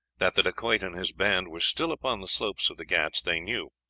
that the dacoit and his band were still upon the slopes of the ghauts they knew,